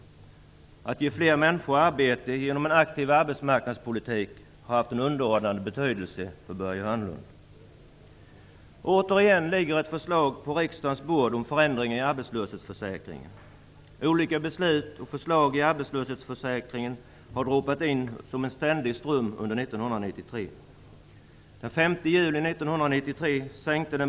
Att ge fler människor arbete genom en aktiv arbetsmarknadspolitik har varit av underordnad betydelse för Börje Hörnlund. Återigen ligger på riksdagens bord ett förslag om förändringar i arbetslöshetsförsäkringen. Olika beslut och förslag om arbetslöshetsförsäkringen har droppat in i en ständig ström under 1993.